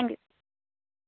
thank you